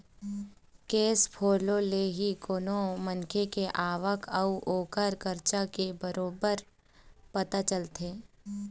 cash flow ले ही कोनो मनखे के आवक अउ ओखर खरचा के बारे म बरोबर पता चलथे